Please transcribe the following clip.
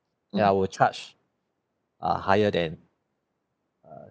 ya I were charged uh higher than err